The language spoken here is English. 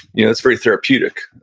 yeah that's very therapeutic.